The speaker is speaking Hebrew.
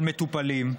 של מטופלים.